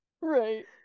right